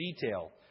detail